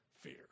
fear